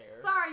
Sorry